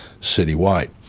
citywide